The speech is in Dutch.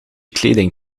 kleding